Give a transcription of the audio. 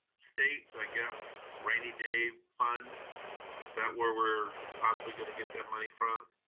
states, i guess, rainy day fund? is that where we're possibly gonna get that money from?